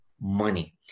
money